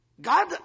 God